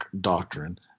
doctrine